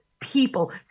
People